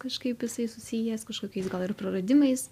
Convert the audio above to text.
kažkaip jisai susijęs kažkokiais gal ir praradimais